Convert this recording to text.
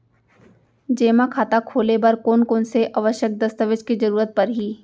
जेमा खाता खोले बर कोन कोन से आवश्यक दस्तावेज के जरूरत परही?